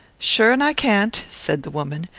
sure an' i can't, said the woman.